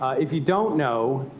if you don't know,